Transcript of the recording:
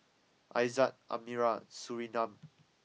Aizat Amirah Surinam